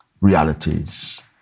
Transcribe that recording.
realities